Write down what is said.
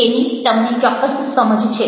તેની તમને ચોક્કસ સમજ છે